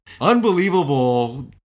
unbelievable